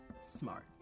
smart